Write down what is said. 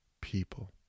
people